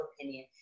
opinion